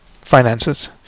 finances